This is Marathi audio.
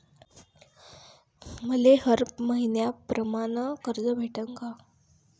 मले हर मईन्याप्रमाणं कर्ज भेटन का?